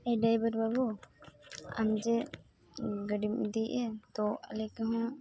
ᱮ driver ᱵᱟᱵᱩ ᱟᱢ ᱡᱮ ᱜᱟᱹᱰᱤᱢ ᱤᱫᱤᱭᱮᱜᱼᱟ ᱛᱚ ᱟᱞᱮ ᱠᱚᱦᱚᱸ